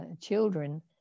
children